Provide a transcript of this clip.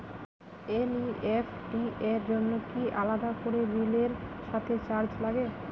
NEFT র জন্য কি আলাদা করে বিলের সাথে চার্জ লাগে?